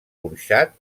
porxat